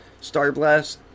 Starblast